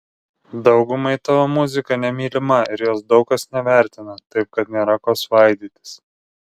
daugumai tavo muzika nemylima ir jos daug kas nevertina taip kad nėra ko svaidytis